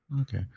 Okay